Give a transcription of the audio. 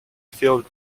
field